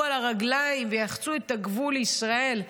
על הרגליים ויחצו את הגבול לישראל,